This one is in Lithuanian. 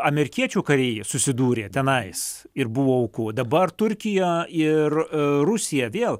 amerikiečių kariai susidūrė tenais ir buvo aukų o dabar turkija ir rusija vėl